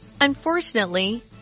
Unfortunately